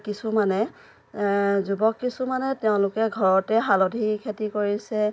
কিছুমানে যুৱক কিছুমানে তেওঁলোকে ঘৰতে হালধি খেতি কৰিছে